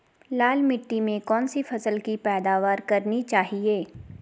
लाल मिट्टी में कौन सी फसल की पैदावार करनी चाहिए?